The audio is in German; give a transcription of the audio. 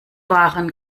waren